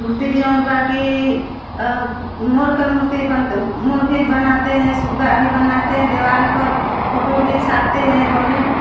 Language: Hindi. मूर्ति जौन बाक़ी मोर का मूर्ति बंती मोर भी बनाते हैं सुग्गा भी बनाते हैं दिवार पर फोटो भी छांपते हैं बड़ी